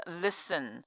listen